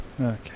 Okay